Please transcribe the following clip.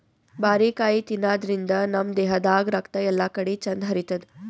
ಬಾರಿಕಾಯಿ ತಿನಾದ್ರಿನ್ದ ನಮ್ ದೇಹದಾಗ್ ರಕ್ತ ಎಲ್ಲಾಕಡಿ ಚಂದ್ ಹರಿತದ್